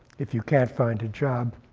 if you can't find a job,